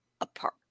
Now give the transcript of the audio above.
apart